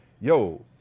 yo